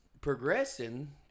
progressing